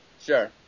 Sure